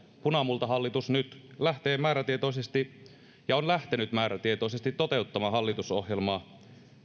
punamultahallitus nyt lähtee määrätietoisesti ja on lähtenyt määrätietoisesti toteuttamaan hallitusohjelmaa